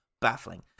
baffling